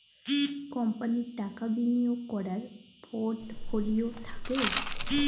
কোম্পানির টাকা বিনিয়োগ করার পোর্টফোলিও থাকে